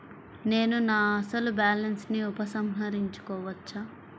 నేను నా అసలు బాలన్స్ ని ఉపసంహరించుకోవచ్చా?